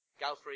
Galfrey